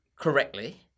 Correctly